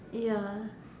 ya